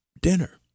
dinner